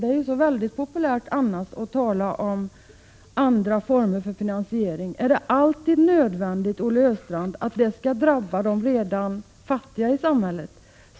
Det är ju annars så väldigt populärt att tala om andra former av finansiering. Är det nödvändigt, Olle Östrand, att det alltid skall drabba de redan fattiga i samhället?